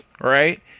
right